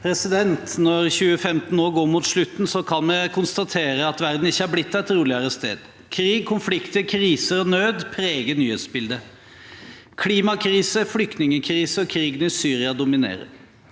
Når 2015 nå går mot slutten, kan vi konstatere at verden ikke er blitt et roligere sted. Krig, konflikter, kriser og nød preger nyhetsbildet. Klimakrise, flyktningkrise og krigen i Syria dominerer.